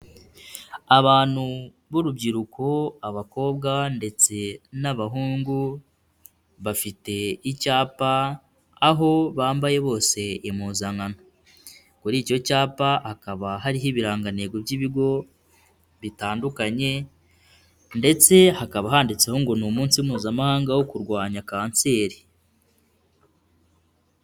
Abantu b'urubyiruko abakobwa ndetse n'abahungu, bafite icyapa aho bambaye bose impuzankano, kuri icyo cyapa hakaba hariho ibirangango by'ibigo bitandukanye ndetse hakaba handitseho ngo ni umunsi mpuzamahanga wo kurwanya kanseri.